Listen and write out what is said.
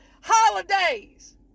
holidays